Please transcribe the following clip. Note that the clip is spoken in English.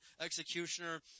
executioner